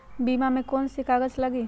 बीमा में कौन कौन से कागज लगी?